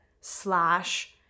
slash